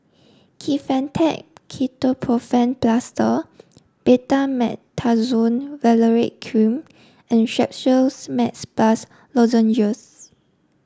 Kefentech Ketoprofen Plaster Betamethasone Valerate Cream and Strepsils Max Plus Lozenges